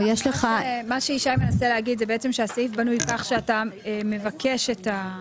מה שישי מנסה להגיד זה בעצם שהסעיף בנוי כך שאתה מבקש את,